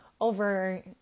over